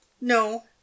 no